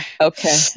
Okay